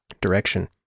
direction